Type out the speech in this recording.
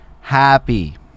happy